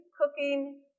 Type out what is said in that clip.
cooking